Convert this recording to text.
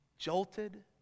Jolted